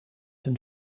een